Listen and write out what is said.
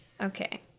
Okay